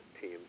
team